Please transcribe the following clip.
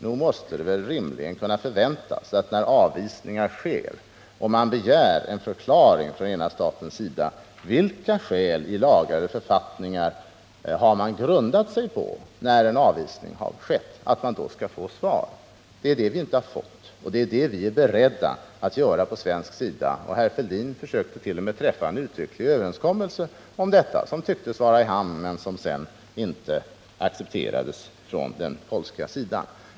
Nog måste det väl rimligen kunna förväntas att man skall få ett svar, när avvisningar sker och man begär en förklaring från den ena statens sida vilka skäl i lagar och författningar som avvisningen grundas på. Men det är det vi inte har fått, och det är det vi är beredda att ge från svensk sida. Herr Fälldin försökte t.o.m. träffa en uttrycklig överenskommelse om detta, som tycktes vara i hamn men som sedan inte accepterades från den polska sidan.